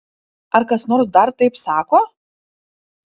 ar kas nors dar taip sako